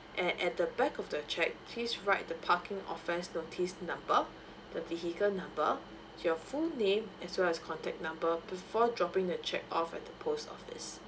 and at the back of the cheque please write the parking offence notice number the vehicle number your full name as well as contact number before dropping the cheque off at the post office